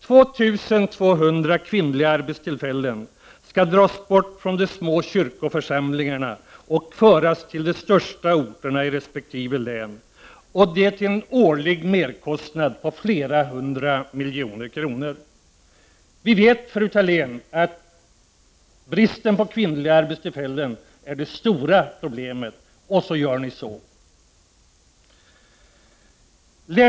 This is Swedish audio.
2 200 arbetstillfällen för kvinnor skall dras bort från de små kyrkoförsamlingarna och föras till de största orterna i resp. län, detta till en årlig merkostnad på flera hundra miljoner kronor. Vi vet, fru Thalén, att bristen på arbetstillfällen för kvinnor är det stora problemet, och ändå gör ni så här.